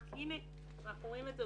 הנה, אנחנו רואים את זה.